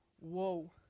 whoa